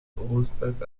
rosenberg